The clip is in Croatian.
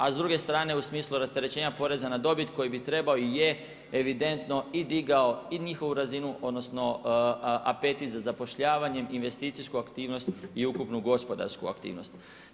A s druge strane u smislu rasterećenja poreza na dobit koji bi trebao i je evidentno i digao i njihovu razinu, odnosno apetit za zapošljavanje, investicijsku aktivnost i ukupnu gospodarsku aktivnost.